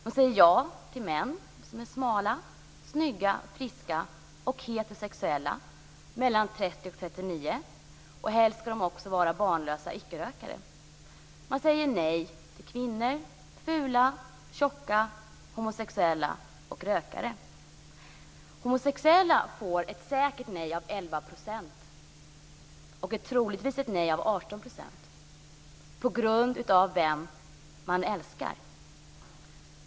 De säger ja till män som är smala, snygga, friska, heterosexuella och mellan 30 och 39. Helst skall de också vara barnlösa icke-rökare. Man säger nej till kvinnor, fula, tjocka, homosexuella och rökare. De homosexuella får ett säkert nej av 11 % och ett troligt nej av 18 %, alltså på grund av den man älskar.